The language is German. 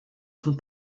von